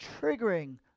triggering